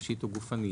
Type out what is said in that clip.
נפשית או גופנית,